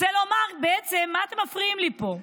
רוצה לומר, בעצם: מה אתם מפריעים לי פה?